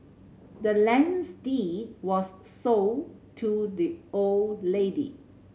the land's deed was sold to the old lady